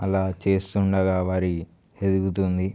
అలా చేస్తుండగా వరి ఎదుగుతుంది